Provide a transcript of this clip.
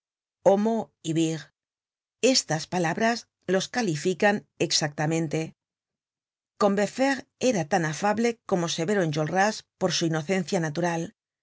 y vir estas palabras los califican exar lamente combeferre era tan afable como severo enjolras por su inocencia natural